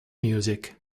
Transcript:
music